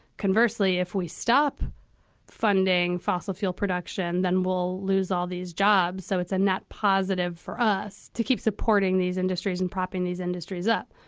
conversely, if we stop funding fossil fuel production, then we'll lose all these jobs. so it's a net positive for us to keep supporting these industries and propping these industries up,